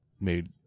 made